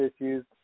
issues